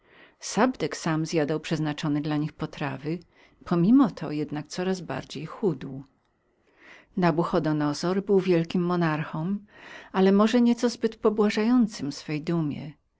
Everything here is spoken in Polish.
sabdek sam zjadał przeznaczone dla nich potrawy pomimo to jednak coraz bardziej chudł nabuchodonozor był wielkim monarchą ale może nieco zbyt pobłażającym swej dumie